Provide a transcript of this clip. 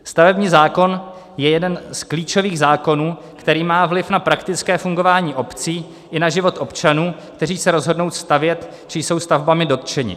Stavební zákon je jeden z klíčových zákonů, který má vliv na praktické fungování obcí i na život občanů, kteří se rozhodnou stavět či jsou stavbami dotčeni.